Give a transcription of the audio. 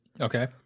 Okay